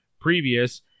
previous